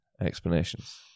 explanations